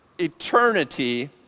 eternity